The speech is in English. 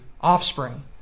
offspring